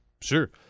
sure